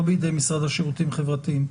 לא בידי המשרד לשירותים חברתיים.